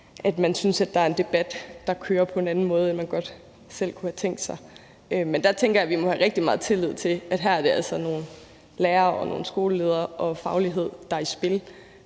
at man synes, at der er en debat, der kører på en anden måde, end man selv godt kunne have tænkt sig. Men der tænker jeg, at vi må have rigtig meget tillid til, at her er det altså nogle lærere og nogle skoleledere og fagligheden, der er i spil.